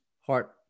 heart